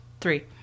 three